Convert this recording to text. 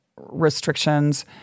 restrictions